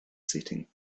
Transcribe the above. setting